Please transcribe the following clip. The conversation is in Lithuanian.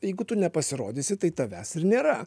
jeigu tu nepasirodysi tai tavęs ir nėra